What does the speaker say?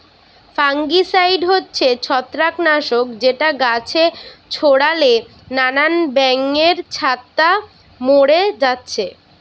fungicide হচ্ছে ছত্রাক নাশক যেটা গাছে ছোড়ালে নানান ব্যাঙের ছাতা মোরে যাচ্ছে